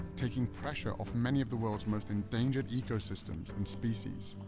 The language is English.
taking pressure off many of the world's most endangered ecosystems and species.